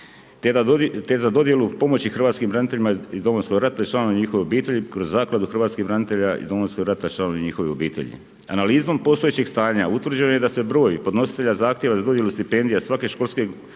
te za dodjelu pomoći hrvatskim braniteljima iz Domovinskog rata i članovima njihove obitelji kroz zakladu hrvatskih branitelja iz Domovinskog rata i članova njihove obitelji. Analizom postojećeg stanja utvrđeno je da se broj podnositelja zahtjeva za dodjelu stipendija svake školske